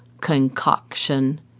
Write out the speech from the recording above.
concoction